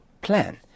plan